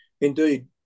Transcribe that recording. indeed